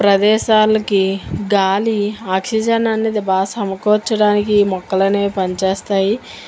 ప్రదేశాలకి గాలి ఆక్సిజన్ అనేది బాగా సమకూర్చడానికి ఈ మొక్కలు అనేవి పనిచేస్తాయి